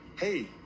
hey